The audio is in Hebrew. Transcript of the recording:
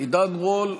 עידן רול,